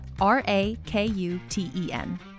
R-A-K-U-T-E-N